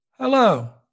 Hello